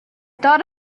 thought